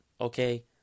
okay